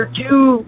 two